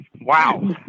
wow